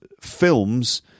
films